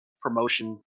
promotion